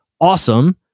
Awesome